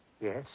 Yes